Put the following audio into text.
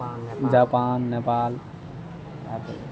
Japan Nepal भए गेलै